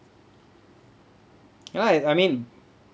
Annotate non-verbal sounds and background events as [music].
[noise] you know I I mean